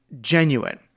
genuine